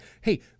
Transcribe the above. Hey